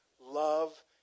love